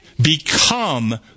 become